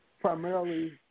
primarily